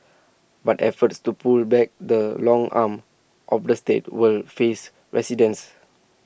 but efforts to pull back the long arm of the state will face resistance